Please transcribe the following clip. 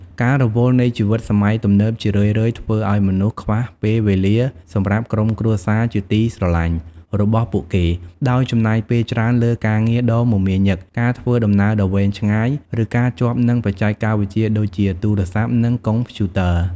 ការរវល់នៃជីវិតសម័យទំនើបជារឿយៗធ្វើឲ្យមនុស្សខ្វះពេលវេលាសម្រាប់ក្រុមគ្រួសារជាទីស្រឡាញ់របស់ពួកគេ ដោយចំណាយពេលច្រើនលើការងារដ៏មមាញឹក ការធ្វើដំណើរដ៏វែងឆ្ងាយ ឬការជាប់នឹងបច្ចេកវិទ្យាដូចជាទូរស័ព្ទនិងកុំព្យូទ័រ។